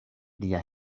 lia